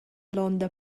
l’onda